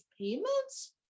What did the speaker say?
payments